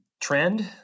trend